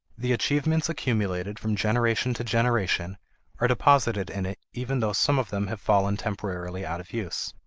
the achievements accumulated from generation to generation are deposited in it even though some of them have fallen temporarily out of use.